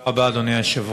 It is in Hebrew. תודה, אדוני היושב-ראש.